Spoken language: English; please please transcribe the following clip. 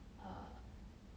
err